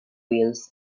wheels